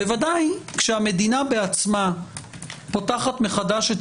בוודאי כשהמדינה בעצמה פותחת מחדש את